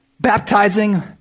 Baptizing